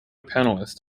panellist